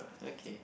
okay